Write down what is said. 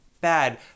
bad